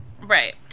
Right